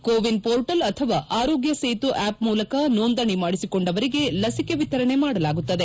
ಕೋ win portal ಅಥವಾ Aarogya Setu app ಮೂಲಕ ನೋಂದಣಿ ಮಾಡಿಸಿಕೊಂಡವರಿಗೆ ಲಸಿಕೆ ವಿತರಣೆ ಮಾಡಲಾಗುತ್ತದೆ